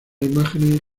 imágenes